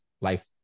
life